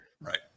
Right